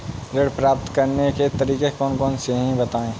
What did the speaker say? ऋण प्राप्त करने के तरीके कौन कौन से हैं बताएँ?